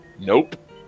Nope